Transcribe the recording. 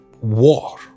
war